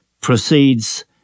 proceeds